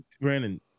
Brandon